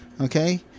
Okay